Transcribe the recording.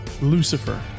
Lucifer